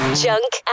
junk